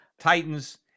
Titans